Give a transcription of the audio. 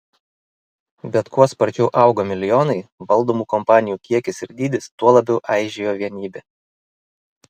bet kuo sparčiau augo milijonai valdomų kompanijų kiekis ir dydis tuo labiau aižėjo vienybė